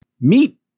Meet